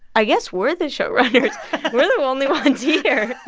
i guess we're the showrunners we're the only ones here.